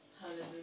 Hallelujah